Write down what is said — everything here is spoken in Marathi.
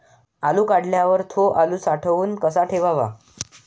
आलू काढल्यावर थो आलू साठवून कसा ठेवाव?